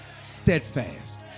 Steadfast